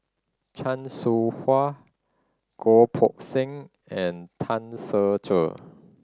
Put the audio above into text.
Chan Soh Ha Goh Poh Seng and Tan Ser Cher